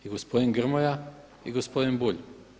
I gospodin Grmoja i gospodin Bulj.